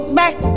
back